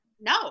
no